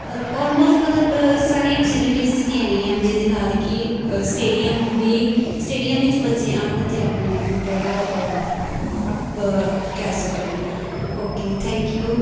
almost ਮਤਲਬ ਸਾਰੀਆਂ facilities ਦਿੱਤੀਆਂ ਗਈਆਂ ਹਨ ਜਿਹਦੇ ਨਾਲ ਕਿ ਸਟੇਡੀਅਮ ਦੀ ਸਟੇਡੀਅਮ ਵਿੱਚ ਬੱਚੇ ਆਉਣ ਅਤੇ ਆਪਣੇ ਆਪ ਨੂੰ ਥੋੜ੍ਹਾ ਅਪ ਅਪ ਕਹਿ ਸਕਣ ਓਕੇ ਥੈਂਕ ਯੂ